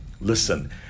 Listen